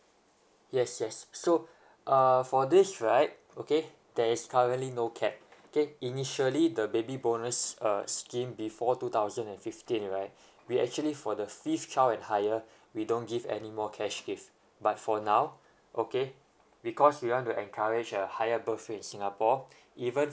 yes yes so uh for this right okay there is currently no cap okay initially the baby bonus err scheme before two thousand and fifteen right we actually for the fifth child and higher we don't give anymore cash gift but for now okay because we want to encourage a higher birth in singapore even